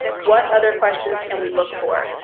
what other questions can we look for?